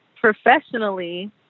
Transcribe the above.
professionally